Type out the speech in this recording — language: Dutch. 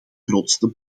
grootste